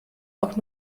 auch